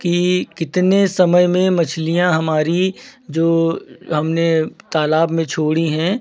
कि कितने समय में मछलियाँ हमारी जो हमने तालाब में छोड़ी हैं